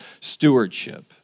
stewardship